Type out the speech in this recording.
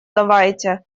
давайте